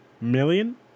Million